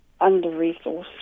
under-resourced